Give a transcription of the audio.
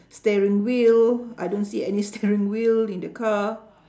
steering wheel I don't see any steering wheel in the car